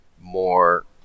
more